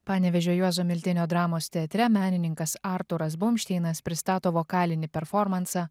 panevėžio juozo miltinio dramos teatre menininkas arturas bumšteinas pristato vokalinį performansą